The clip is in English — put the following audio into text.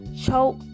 choke